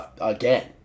again